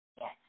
Yes